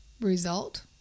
result